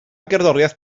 gerddoriaeth